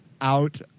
out